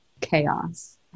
chaos